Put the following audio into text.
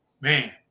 man